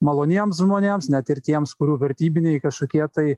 maloniems žmonėms net ir tiems kurių vertybiniai kažkokie tai